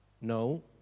No